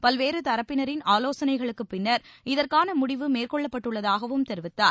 பல்வேறு தரப்பினரின் ஆலோசனைக்குப் பின்னர் இதற்கான முடிவு மேற்கொள்ளப்பட்டுள்ளதாகவும் தெரிவித்தார்